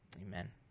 Amen